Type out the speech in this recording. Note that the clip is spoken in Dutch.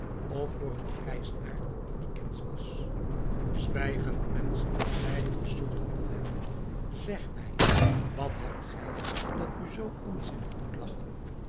of voor een grijsaard die kindsch was zwijgend mensch zeide de sultan tot hem zeg mij wat hebt gij dat u zoo onzinnig doet lagchen